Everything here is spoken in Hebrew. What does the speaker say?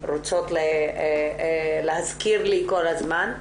רוצות להזכיר לי כל הזמן.